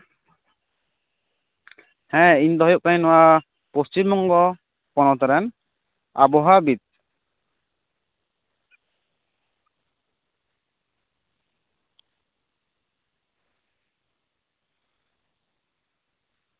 ᱦᱮᱸ ᱤᱧ ᱫᱩᱧ ᱦᱩᱭᱩᱜ ᱠᱟᱱᱟ ᱱᱚᱣᱟ ᱯᱚᱥᱪᱷᱤᱢ ᱵᱚᱝᱜᱚ ᱯᱚᱱᱚᱛ ᱨᱮᱱ ᱟᱵᱚᱦᱟᱣᱟ ᱵᱤᱫ